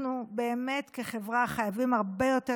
אנחנו כחברה באמת חייבים הרבה יותר